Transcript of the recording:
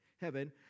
heaven